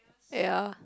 ya